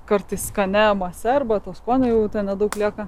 kartais skania mase arba to skonio jau nedaug lieka